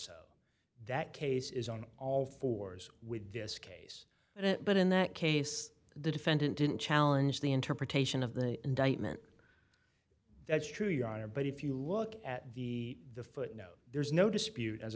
that case is on all fours with this case and it but in that case the defendant didn't challenge the interpretation of the indictment that's true your honor but if you look at the the footnote there's no dispute as